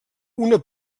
una